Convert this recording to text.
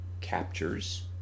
captures